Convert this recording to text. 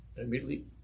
immediately